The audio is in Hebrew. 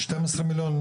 שתיים עשרה מיליון,